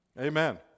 Amen